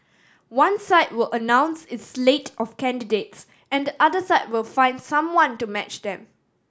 one side will announce its slate of candidates and the other side will find someone to match them